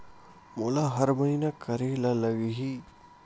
मोला हर महीना करे ल लगही?